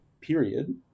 period